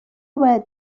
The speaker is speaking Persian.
باید